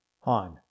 Han